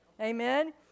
Amen